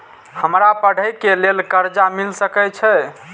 हमरा पढ़े के लेल कर्जा मिल सके छे?